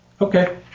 Okay